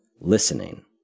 listening